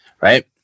Right